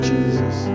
Jesus